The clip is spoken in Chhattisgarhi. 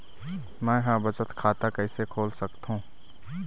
मै ह बचत खाता कइसे खोल सकथों?